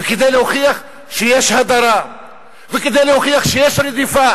וכדי להוכיח שיש הדרה וכדי להוכיח שיש רדיפה?